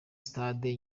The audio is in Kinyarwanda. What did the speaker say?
sitade